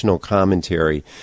Commentary